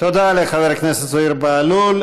תודה לחבר הכנסת זוהיר בהלול.